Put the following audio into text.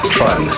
fun